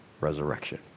resurrection